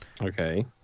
Okay